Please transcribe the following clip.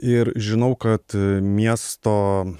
ir žinau kad miesto